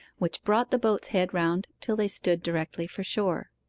which brought the boat's head round till they stood directly for shore.